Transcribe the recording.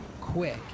Quick